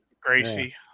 gracie